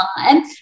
time